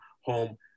home